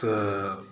तऽ